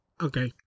Okay